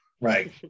right